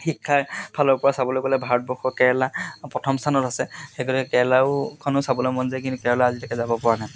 শিক্ষাৰ ফালৰ পৰা চাবলৈ গ'লে ভাৰতবৰ্ষ কেৰেলা প্ৰথম স্থানত আছে সেইগতিকে কেৰেলাখনো চাবলৈ মন যায় কিন্তু কেৰেলা আজিলৈকে যাব পৰা নাই